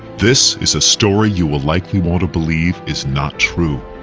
this is a story you will likely want to believe is not true.